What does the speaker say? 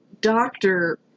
doctor